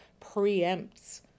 preempts